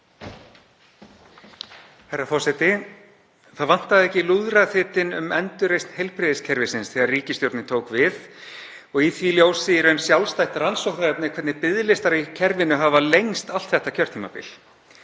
Herra forseti. Það vantaði ekki lúðraþytinn um endurreisn heilbrigðiskerfisins þegar ríkisstjórnin tók við. Í því ljósi er í raun sjálfstætt rannsóknarefni hvernig biðlistar í kerfinu hafa lengst allt þetta kjörtímabil.